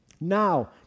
Now